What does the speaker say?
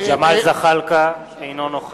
(קורא בשמות חברי הכנסת) ג'מאל זחאלקה, אינו נוכח